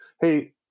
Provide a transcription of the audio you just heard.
hey